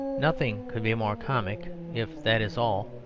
nothing could be more comic, if that is all,